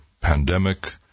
pandemic